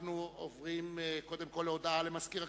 אנחנו עוברים קודם כול להודעה למזכיר הכנסת.